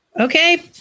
Okay